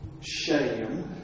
shame